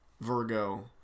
Virgo